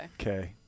Okay